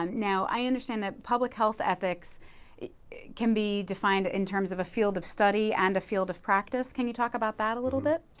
um now, i understand that public health ethics can be defined in terms of a field of study and a field of practice. can you talk about that a little bit.